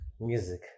Music